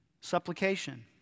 supplication